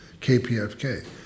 KPFK